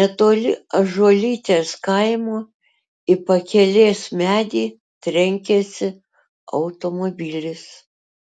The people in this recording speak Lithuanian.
netoli ąžuolytės kaimo į pakelės medį trenkėsi automobilis